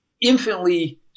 infinitely